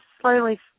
slowly